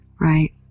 Right